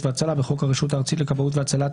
והצלה בחוק הרשות הארצית לכבאות והצלה,